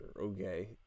okay